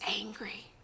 angry